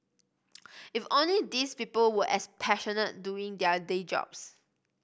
if only these people were as passionate doing their day jobs